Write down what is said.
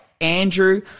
Andrew